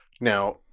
Now